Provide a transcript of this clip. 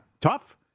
Tough